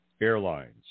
airlines